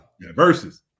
versus